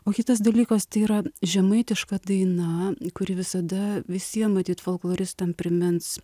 o kitas dalykas tai yra žemaitiška daina kuri visada visiem matyt folkloristam primins